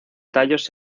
tallos